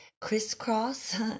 crisscross